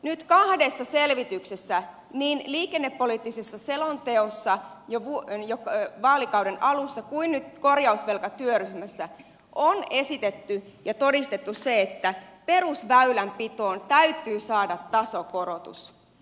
nyt kahdessa selvityksessä niin liikennepoliittisessa selonteossa jo vaalikauden alussa kuin nyt korjausvelkatyöryhmässä on esitetty ja todistettu se että perusväylänpitoon täytyy saada tasokorotus